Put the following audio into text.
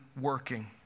working